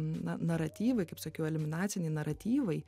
na naratyvai kaip sakiau eliminaciniai naratyvai